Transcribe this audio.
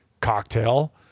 cocktail